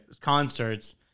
concerts